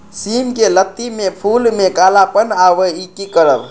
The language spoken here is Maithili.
सिम के लत्ती में फुल में कालापन आवे इ कि करब?